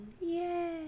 Yay